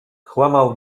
kłamał